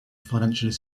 financially